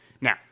Now